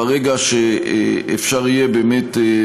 ברגע שבאמת יהיה אפשר,